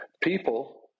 people